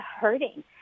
hurting